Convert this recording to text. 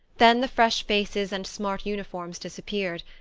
then the fresh faces and smart uniforms disappeared,